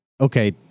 Okay